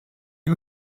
you